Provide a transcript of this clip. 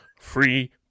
free